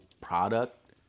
product